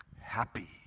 happy